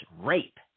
rape